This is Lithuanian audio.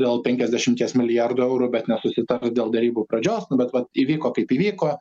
dėl penkiasdešimies milijardų eurų bet nesusitars dėl derybų pradžios nu bet vat įvyko kaip įvyko